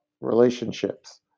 relationships